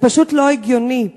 זה פשוט לא הגיוני.